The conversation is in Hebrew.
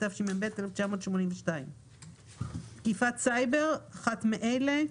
התשמ"ב 1982‏; "תקיפת סייבר" אחת מאלה,